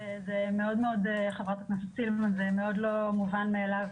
אבל הוא עוד איכשהו נמצא במצב אקוטי אז נניח שהוא לא מספיק מבין,